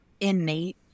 innate